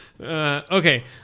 Okay